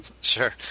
sure